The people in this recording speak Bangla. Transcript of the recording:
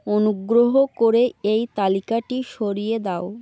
অনুগ্রহ করে এই তালিকাটি সরিয়ে দাও